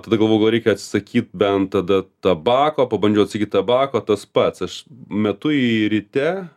tada galvojau gal reikia atsisakyt bent tada tabako pabandžiau atsisakyt tabako tas pats aš metu jį ryte